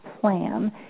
plan